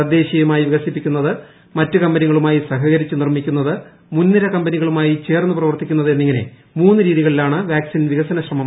തദ്ദേശീയമായി വികസിപ്പിക്കുന്നത് മറ്റ് കമ്പനികളുമായി സഹകരിച്ച് നിർമ്മിക്കുന്നത് മുൻനിര കമ്പനികളുമായി ചേർന്ന് പ്രവർത്തിക്കുന്നത് എന്നിങ്ങനെ മൂന്ന് രീതികളിലാണ് വാക് സിൻ വികസനശ്രമം നടക്കുന്നത്